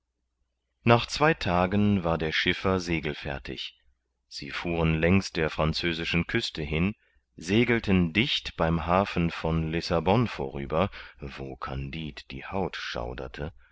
nach zwei tagen war der schiffer segelfertig sie fuhren längs der französischen küste hin segelten dicht beim hafen von lissabon vorüber wo kandid die haut schauderte